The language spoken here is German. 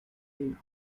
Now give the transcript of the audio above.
den